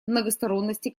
многосторонности